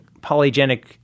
polygenic